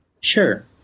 Sure